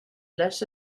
leis